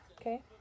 okay